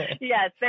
Yes